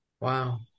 Wow